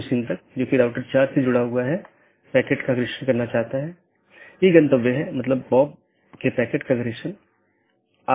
क्योंकि प्राप्त करने वाला स्पीकर मान लेता है कि पूर्ण जाली IBGP सत्र स्थापित हो चुका है यह अन्य BGP साथियों के लिए अपडेट का प्रचार नहीं करता है